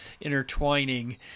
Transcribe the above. intertwining